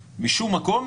אז אתם יכולים לומר לנו,